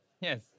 Yes